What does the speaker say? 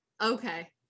okay